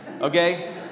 okay